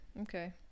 Okay